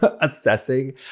assessing